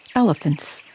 elephants,